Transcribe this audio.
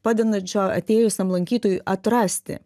padedančio atėjusiam lankytojui atrasti